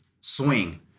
swing